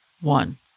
one